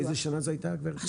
באיזו שנה זה היה, גברתי?